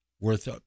worth